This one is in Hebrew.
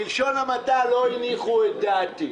בלשון המעטה לא הניחו את דעתי.